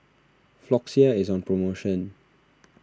Floxia is on promotion